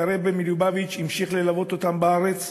והרבי מלובביץ' המשיך ללוות אותם בארץ.